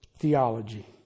Theology